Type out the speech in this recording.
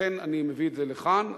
לכן אני מביא את זה לכאן.